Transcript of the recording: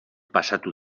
pasatu